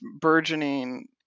burgeoning